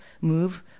move